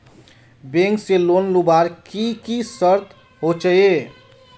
Bank से loan लुबार की की शर्त होचए?